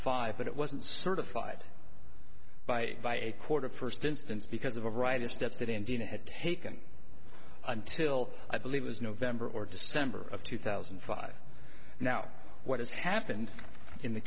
five but it wasn't certified by by a court of first instance because of a variety of steps that india had taken until i believe was november or december of two thousand and five now what has happened in the